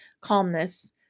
calmness